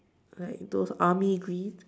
like those army green